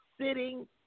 sitting